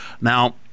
Now